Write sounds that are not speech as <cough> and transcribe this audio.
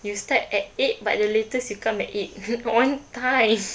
you start at eight but the latest you come at eight <noise> on time